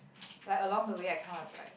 like along the way I kind of like